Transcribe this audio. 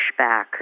pushback